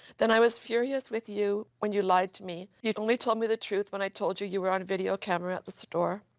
then i was furious with you when you lied to me. you only told me the truth when i told you you were on a video camera at the store.